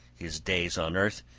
his days on earth,